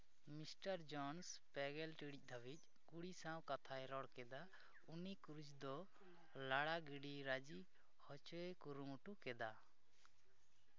mister Jones ᱯᱮ ᱜᱮᱞ ᱴᱤᱲᱤᱡ ᱦᱟᱹᱵᱤᱡ ᱠᱩᱲᱤ ᱥᱟᱶ ᱠᱟᱛᱷᱟᱭ ᱨᱚᱲ ᱠᱮᱫᱟ ᱩᱱᱤ ᱠᱩᱲᱤᱥ ᱫᱚ ᱨᱟᱲᱟ ᱜᱤᱰᱤ ᱨᱟᱹᱡᱤ ᱦᱚᱪᱚᱭᱮ ᱠᱩᱨᱩᱢᱩᱴᱩ ᱠᱮᱫᱟ